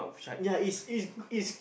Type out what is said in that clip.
ya it's it's it's